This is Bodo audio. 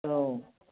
औ